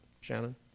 Shannon